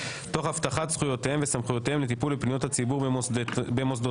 תוך הבטחת זכויותיהם וסמכויותיהם לטיפול בפניות הציבור במוסדותיהם.